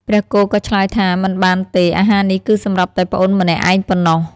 ព្រះគោក៏ឆ្លើយថា មិនបានទេ អាហារនេះគឺសម្រាប់តែប្អូនម្នាក់ឯងប៉ុណ្ណោះ។